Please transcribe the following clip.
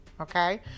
Okay